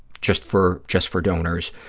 just for just for donors,